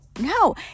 No